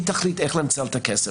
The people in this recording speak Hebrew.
והיא תחליט איך לנצל את הכסף.